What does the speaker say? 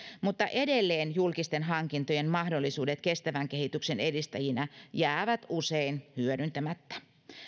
mutta edelleen julkisten hankintojen mahdollisuudet kestävän kehityksen edistäjinä jäävät usein hyödyntämättä